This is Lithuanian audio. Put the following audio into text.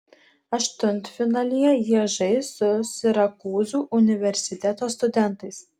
aštuntfinalyje jie žais su sirakūzų universiteto studentais